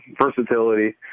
versatility